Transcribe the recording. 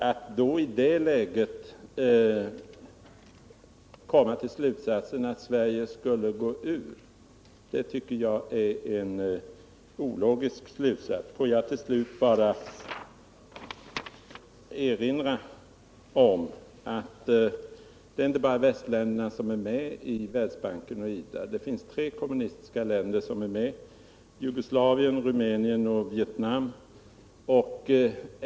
Att i det läget komma till slutsatsen att Sverige skulle gå ur tycker jag är ologiskt. Får jag till slut bara erinra om att det inte är bara västländerna som är med i Världsbanken och IDA. Det finns tre kommunistiska länder som är med — Jugoslavien, Rumänien och Vietnam.